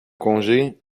congé